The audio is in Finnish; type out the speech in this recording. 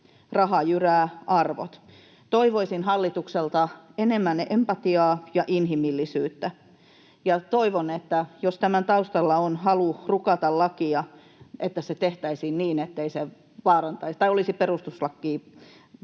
raha jyrää arvot. Toivoisin hallitukselta enemmän empatiaa ja inhimillisyyttä ja toivon, että jos tämän taustalla on halu rukata lakia, niin se tehtäisiin niin, ettei se olisi perustuslain vastainen.